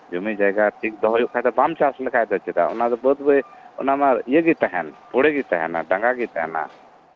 ᱡᱚᱢᱤ ᱡᱟᱭᱜᱟ ᱴᱷᱤᱠ ᱫᱚᱭᱚᱭ ᱞᱟᱹᱜᱤᱫ ᱛᱮᱫᱚ ᱵᱟᱢ ᱪᱟᱥᱼᱟ ᱪᱮᱫᱟᱜ ᱚᱱᱟ ᱵᱟᱹᱫ ᱵᱟᱹᱭᱦᱟᱹᱲ ᱚᱱᱟ ᱢᱟ ᱤᱭᱟᱹ ᱜᱮ ᱛᱟᱦᱮᱱ ᱯᱩᱲᱭᱟᱹᱜᱮ ᱛᱟᱦᱮᱱᱟ ᱱᱟᱝᱜᱟ ᱜᱮ ᱛᱟᱦᱮᱱᱟ